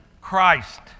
Christ